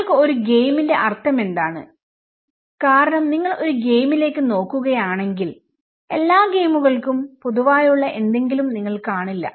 നിങ്ങൾക്ക് ഒരു ഗെയിമിന്റെ അർത്ഥം എന്താണ് കാരണം നിങ്ങൾ ഒരു ഗെയിമിലേക്ക് നോക്കുകയാണെങ്കിൽ എല്ലാ ഗെയിമുകൾക്കും പൊതുവായുള്ള എന്തെങ്കിലും നിങ്ങൾ കാണില്ല